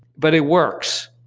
but it works.